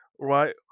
right